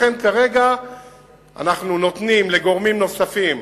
לכן, כרגע אנחנו נותנים לגורמים נוספים